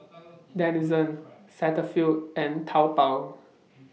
Denizen Cetaphil and Taobao